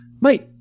Mate